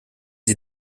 sie